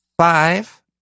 Five